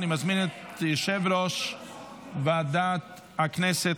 אני מזמין את יושב-ראש ועדת הכנסת,